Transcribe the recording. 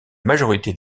majorité